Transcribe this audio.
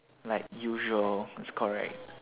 like usual is correct